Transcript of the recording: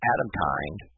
Adamkind